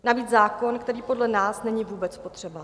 Navíc zákon, který podle nás není vůbec potřeba.